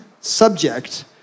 subject